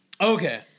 Okay